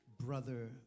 Brother